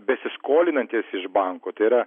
besiskolinantys iš bankų tai yra